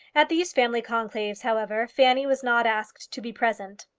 at these family conclaves, however, fanny was not asked to be present.